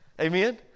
Amen